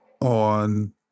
on